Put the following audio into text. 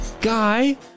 Guy